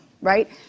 right